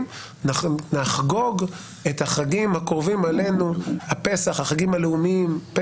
אם החברים שלי מהקואליציה היו אומרים את הדבר הזה,